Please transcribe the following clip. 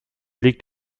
liegt